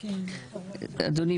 אייל,